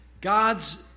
God's